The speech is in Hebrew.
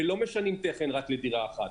ולא משנים תכן רק לדירה אחת,